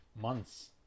months